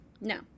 No